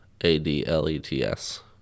A-D-L-E-T-S